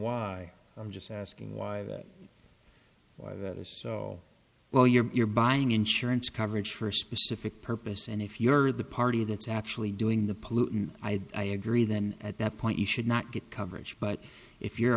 why i'm just asking why that well you're buying insurance coverage for a specific purpose and if you're the party that's actually doing the pollutant i agree then at that point you should not get coverage but if you're